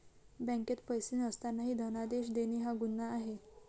बँकेत पैसे नसतानाही धनादेश देणे हा गुन्हा आहे